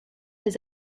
his